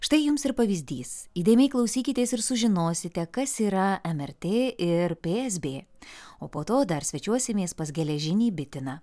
štai jums ir pavyzdys įdėmiai klausykitės ir sužinosite kas yra mrt ir psb o po to dar svečiuosimės pas geležinį bitiną